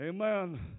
Amen